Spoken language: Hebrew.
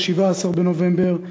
17 בנובמבר,